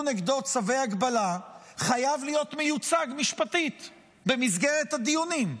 נגדו צווי הגבלה חייב להיות מיוצג משפטית במסגרת הדיונים.